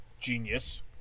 Genius